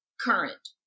current